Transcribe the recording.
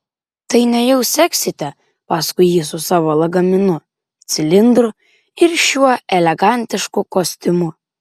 tai nejau seksite paskui jį su savo lagaminu cilindru ir šiuo elegantišku kostiumu